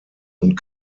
und